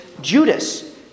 Judas